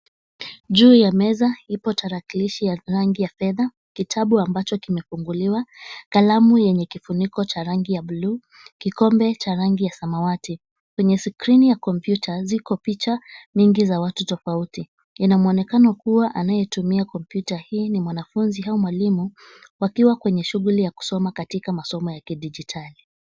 Juu ya meza ipo tarakilishi ya rangi ya fedha, kitabu ambacho kimefunguliwa, kalamu yenye kifuniko cha rangi ya bluu, kikombe cha rangi ya samawati. Kwenye skrini ya kompyuta ziko picha mingi za watu tofauti. Ina mwonekano kuwa anayetumia kompyuta hii ni mwanafunzi au mwalimu wakiwa kwenye shughuli ya kusoma katika masomo ya kidijitali.